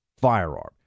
firearm